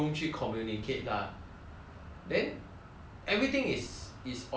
everything is is online 全部东西都在 online um 打的 then